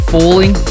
Falling